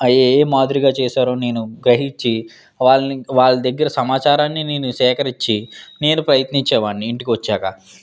అవి ఏమాదిరిగా చేశారు నేను గ్రహించి వాళ్ళని వాళ్ళ దగ్గర సమాచారాన్ని నేను సేకరించి నేను ప్రయత్నించే వాడిని ఇంటికి వచ్చాక